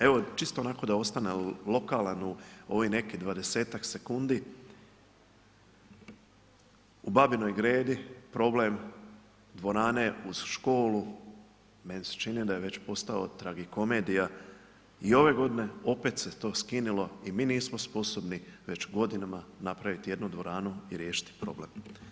Evo, čisto onako da ostanem lokalan u ovih nekih 20-tak sekundi, u Babinoj Gredi problem dvorane uz školu, meni se čini da je već postao tragikomedija i ove godine opet se to skinulo i mi nismo sposobni već godinama napraviti jednu dvoranu i riješiti problem.